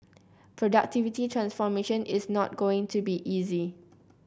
productivity transformation is not going to be easy